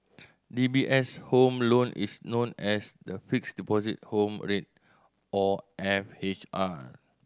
D B S' Home Loan is known as the Fixed Deposit Home Rate or F H R